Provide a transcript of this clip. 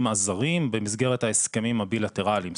הזרים במסגרת ההסכמים הבילטראליים,